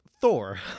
Thor